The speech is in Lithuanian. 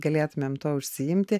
galėtumėm tuo užsiimti